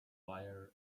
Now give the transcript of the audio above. fire